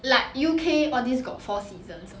like U_K all these got four seasons